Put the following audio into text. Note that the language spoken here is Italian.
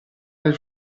nel